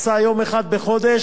עשה יום אחד בחודש,